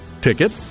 ticket